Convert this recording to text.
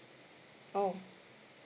oh